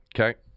Okay